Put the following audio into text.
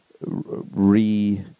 re